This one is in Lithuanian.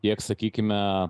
tiek sakykime